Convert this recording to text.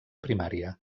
primària